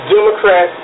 Democrat